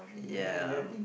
ya